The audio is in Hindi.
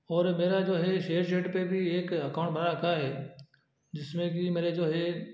और मेरा जो है शेयरचेट पर भी एक अकाउंट बना रखा है जिसमें कि मेरे जो है